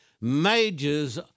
majors